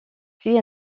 puis